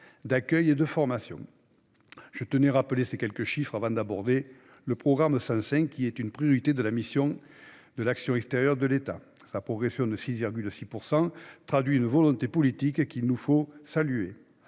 d'accueil et de formation. Je tenais à rappeler ces quelques chiffres avant d'aborder le programme 105, qui est une priorité de la mission « Action extérieure de l'État ». La progression de 6,6 % de ses crédits traduit une volonté politique qu'il nous faut saluer.